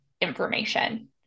information